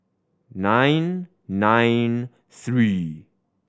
nine nine three